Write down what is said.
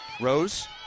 Rose